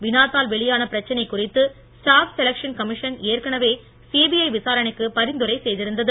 வினாத்தான் வெளியான பிரச்சனை குறித்து ஸ்டாப் செலக்ஷன் கமிஷன் ஏற்கனவே சிபிஐ விசாரணைக்கு பரிந்துரை செய்திருந்தது